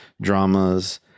dramas